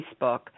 facebook